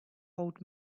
old